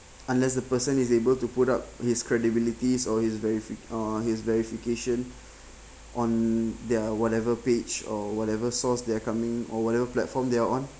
unless the person is able to put up his credibilities or his veri~ uh his verification on their whatever page or whatever source they're coming or whatever platform they're on